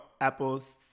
apples